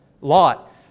Lot